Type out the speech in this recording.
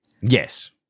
Yes